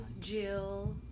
Jill